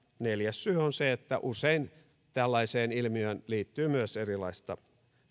neljäs syy on se että usein tällaiseen ilmiöön liittyy myös erilaista